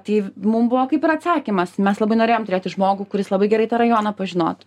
tai mum buvo kaip ir atsakymas mes labai norėjom turėti žmogų kuris labai gerai tą rajoną pažinotų